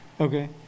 Okay